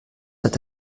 hat